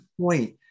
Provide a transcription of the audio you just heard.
point